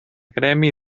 gremi